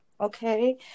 Okay